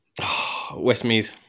Westmead